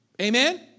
Amen